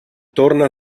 torna